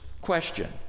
question